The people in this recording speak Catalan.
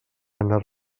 anar